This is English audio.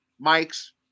Mike's